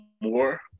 more